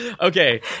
Okay